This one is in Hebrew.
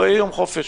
לא יהיה יום חופש.